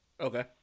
Okay